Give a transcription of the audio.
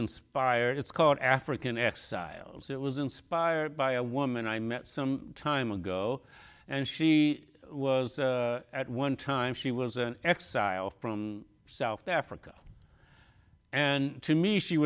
inspired it's called african exiles it was inspired by a woman i met some time ago and she was at one time she was an exile from south africa and to me she